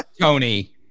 Tony